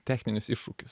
techninius iššūkius